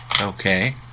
Okay